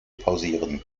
pausieren